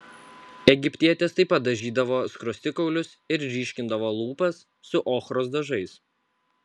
egiptietės taip pat dažydavo skruostikaulius ir ryškindavo lūpas su ochros dažais